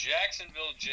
Jacksonville